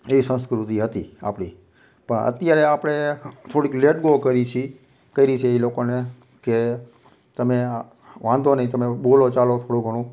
એ સંસ્કૃતિ હતી આપણી પણ અત્યારે આપણે થોડીક લેટ ગો કરીએ છીએ કરી છે એ લોકોને કે તમે વાંધો નહીં તમે બોલો ચાલો થોડું ઘણું